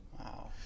Wow